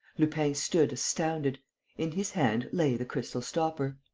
lupin stood astounded in his hand lay the crystal stopper.